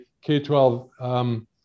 K-12